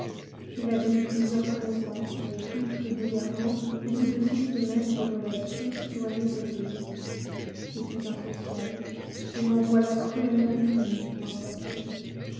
il avait eu plusieurs connaissances mais toutes régulièrement au bout de six semaines de relations s'éloignaient de lui je suis insociable et m'en voilà cruellement puni pensa-t-il